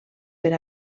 per